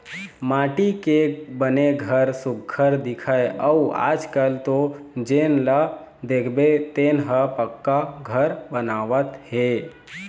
माटी के बने घर सुग्घर दिखय अउ आजकाल तो जेन ल देखबे तेन ह पक्का घर बनवावत हे